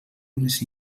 unes